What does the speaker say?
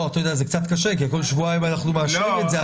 זה קצת קשה כי כל שבועיים אנחנו מאשרים את זה,